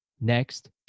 Next